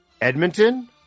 edmonton